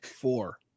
four